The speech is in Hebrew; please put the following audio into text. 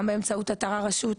גם באמצעות אתר הרשות,